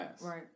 Right